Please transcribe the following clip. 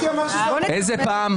איזה פעם?